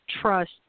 trust